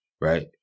Right